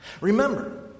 Remember